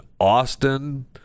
Austin